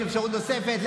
יש אפשרות נוספת,